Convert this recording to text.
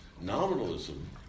Nominalism